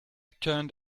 turned